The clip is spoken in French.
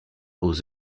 aux